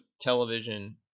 television